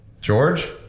George